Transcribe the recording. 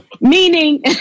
meaning